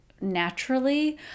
naturally